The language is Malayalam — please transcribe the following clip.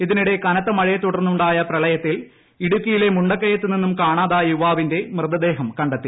ഇതിനിടെ കനത്ത മഴയെത്തുടർന്നുണ്ടായ പ്രളയത്തിൽ ഇടുക്കിയിലെ മുണ്ടക്കയത്തു നിന്നും കാണാതായ യുവാവിന്റെ മൃതദേഹം കണ്ടെത്തി